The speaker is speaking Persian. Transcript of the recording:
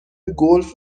گلف